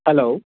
hello